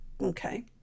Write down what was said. okay